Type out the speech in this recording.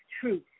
truth